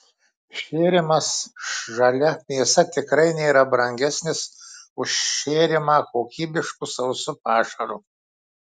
šėrimas žalia mėsa tikrai nėra brangesnis už šėrimą kokybišku sausu pašaru